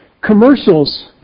commercials